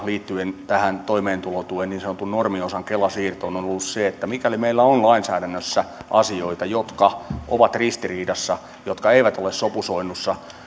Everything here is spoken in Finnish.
liittyen toimeentulotuen niin sanotun normiosan kela siirtoon on useita kertoja ollut se että mikäli meillä on lainsäädännössä asioita jotka ovat ristiriidassa jotka eivät ole sopusoinnussa